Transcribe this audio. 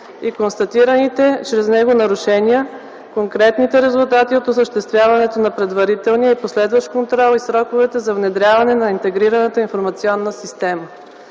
и констатираните чрез него нарушения, конкретните резултати от осъществяването на предварителен и последващ контрол и сроковете за внедряването на интегрираната информационна система.